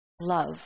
love